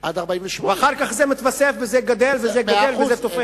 עד 48. ואחר כך זה מתווסף וגדל ותופח.